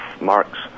Marx